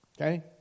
Okay